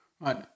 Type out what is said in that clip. Right